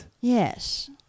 Yes